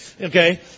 Okay